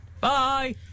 Bye